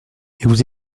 vous